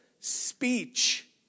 speech